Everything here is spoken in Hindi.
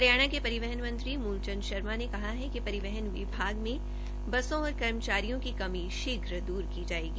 हरियाणा के परिवहन मंत्री मूलचदं शर्मा ने कहा है कि परिवहन विभाग में बसों और कर्मचारियों की कमी शीघ्र द्र की जायेगी